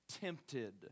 tempted